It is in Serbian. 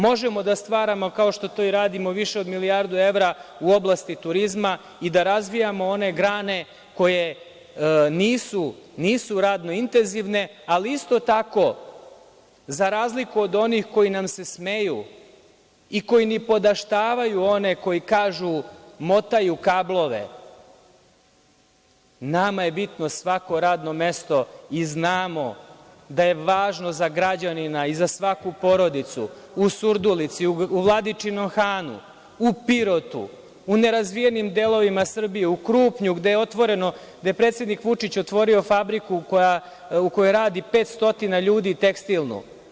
Možemo da stvaramo, kao što to i radimo, više od milijardu evra u oblasti turizma i da razvijamo one grane koje nisu radno intenzivne, ali isto tako za razliku od onih koji nam se smeju i koji nipodaštavaju one koji kažu – motaju kablove; nama je bitno svako radno mesto i znamo da je važno za građanina i za svaku porodicu u Surdulici, Vladičinom Hanu, Pirotu, nerazvijenim delovima Srbije, Krupnju gde je predsednik Vučić otvorio fabriku u kojoj radi 500 ljudi, tekstilnu.